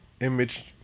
image